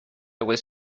was